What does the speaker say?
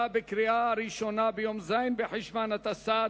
בקריאה ראשונה ביום ז' בחשוון התשס"ט,